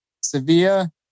Sevilla